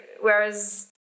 whereas